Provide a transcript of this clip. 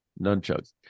Nunchucks